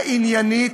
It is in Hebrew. העניינית,